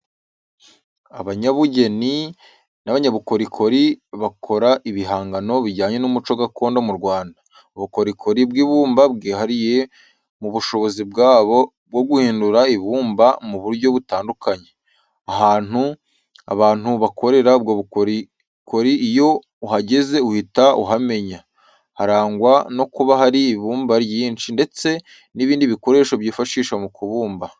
Abanyabugeni n'abanyabukorikori bakora ibihangano bijyanye n'umuco gakondo mu Rwanda. Ubukorikori bw'ibumba bwihariye mu bushobozi bwabo bwo guhindura ibumba mu buryo butandukanye. Ahantu abantu bakorera ubwo bukorikori iyo uhageze uhita uhamenya, harangwa no kuba hari ibumba ryinshi ndetse n'ibindi bikoresho bifashisha mu kubumba.